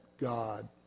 God